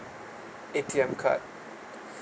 A_T_M card